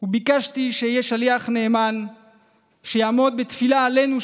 וביקשתי שאהיה שליח נאמן ושיעמוד בתפילה עלינו,